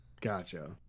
Gotcha